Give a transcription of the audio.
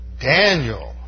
Daniel